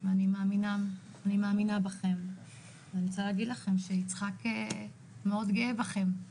ואני מאמינה בכם ואני רוצה להגיד לכם שיצחק מאוד גאה בכם.